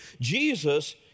Jesus